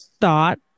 thought